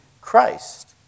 Christ